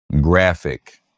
graphic